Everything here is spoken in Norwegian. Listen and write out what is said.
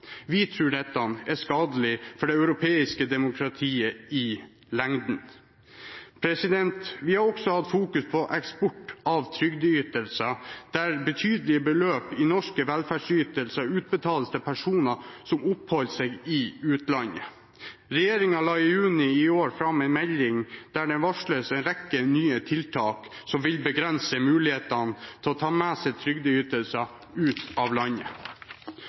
Vi tror at dette er skadelig for det europeiske demokratiet i lengden. Vi har også fokusert på eksport av trygdeytelser, der betydelige beløp i norske velferdsytelser utbetales til personer som oppholder seg i utlandet. Regjeringen la i juni i år fram en melding der det varsles en rekke nye tiltak som vil begrense mulighetene til å ta med seg trygdeytelser ut av landet.